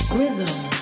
Rhythm